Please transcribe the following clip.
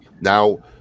now